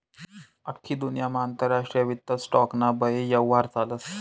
आख्खी दुन्यामा आंतरराष्ट्रीय वित्त स्टॉक ना बये यव्हार चालस